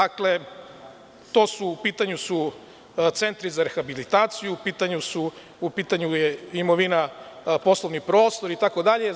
Dakle, u pitanju su centri za rehabilitaciju, u pitanju je poslovni prostor itd.